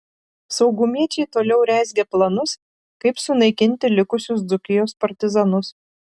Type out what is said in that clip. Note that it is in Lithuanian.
saugumiečiai toliau rezgė planus kaip sunaikinti likusius dzūkijos partizanus